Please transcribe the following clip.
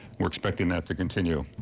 we are expecting that to continue.